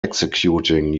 executing